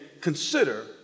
consider